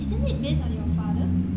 isn't it based on your father